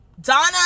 Donna